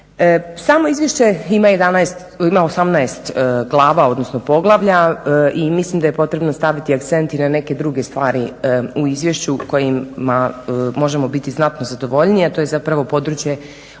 Samo izvješće ima 18 glava, odnosno poglavlja i mislim da je potrebno staviti akcent i na neke druge stvari u izvješću kojima možemo biti znatno zadovoljniji, a to je zapravo područje odgoja